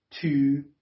two